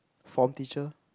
form teacher